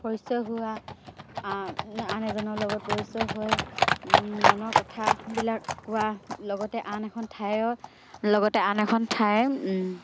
পৰিচয় হোৱা আন এজনৰ লগত পৰিচয় হয় মনৰ কথাবিলাক কোৱা লগতে আন এখন ঠাইৰ লগতে আন এখন ঠাইৰ